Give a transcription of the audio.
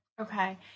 Okay